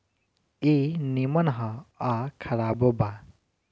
ई निमन ह आ खराबो बा